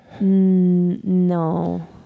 no